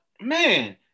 man